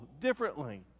differently